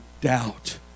doubt